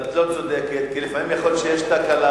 כי לפעמים יכול להיות שיש תקלה